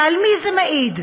ועל מי זה מעיד?